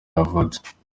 yavutse